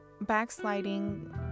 backsliding